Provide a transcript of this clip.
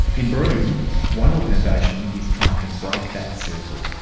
in broome one organisation is trying to break that circle.